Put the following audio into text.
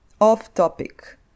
off-topic